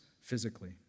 physically